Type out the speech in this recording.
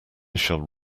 shall